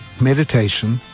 Meditation